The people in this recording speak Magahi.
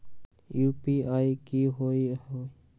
यू.पी.आई कि होअ हई?